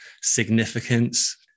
significance